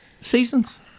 seasons